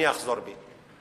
אני אחזור בי.